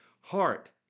Heart